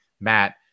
Matt